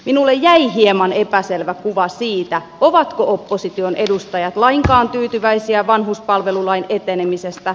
minulle jäi hieman epäselvä kuva siitä ovatko opposition edustajat lainkaan tyytyväisiä vanhuspalvelulain etenemisestä